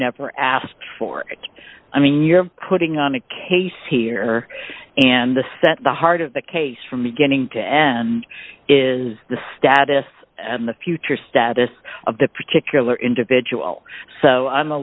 never asked for i mean you're putting on a case here and the set the heart of the case from the beginning to end is the status and the future status of the particular individual so i'm a